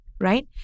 Right